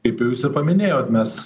kaip jau jūs ir paminėjot mes